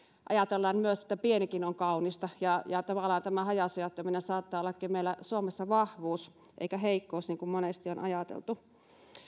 ajatellaan että pienikin on kaunista tavallaan tämä hajasijoittaminen saattaa ollakin meillä suomessa vahvuus eikä heikkous niin kuin monesti on ajateltu